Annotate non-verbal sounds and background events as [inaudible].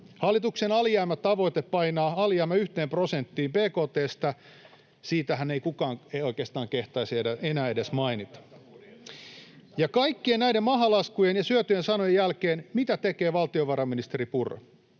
Hallituksen alijäämätavoite painaa alijäämä yhteen prosenttiin bkt:stä — siitähän ei kukaan oikeastaan kehtaisi enää edes mainita. [noise] Ja kaikkien näiden mahalaskujen ja syötyjen sanojen jälkeen mitä tekee valtiovarainministeri Purra?